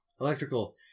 electrical